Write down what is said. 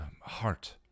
heart